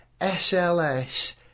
SLS